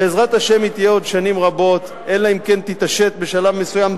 בעזרת השם היא תהיה עוד שנים רבות אלא אם כן תתעשת בשלב מסוים,